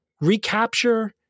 recapture